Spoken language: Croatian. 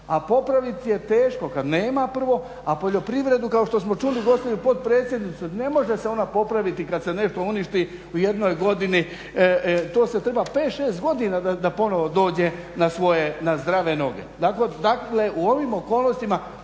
A popravit je teško kad nema pravo, a poljoprivredu kao što smo čuli gospođu potpredsjednicu, ne može se ona popraviti kad se nešto uništi u jednoj godini, to se treba pet, šest godina da ponovo dođe na svoje zdrave noge. Dakle u ovim okolnostima